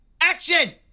action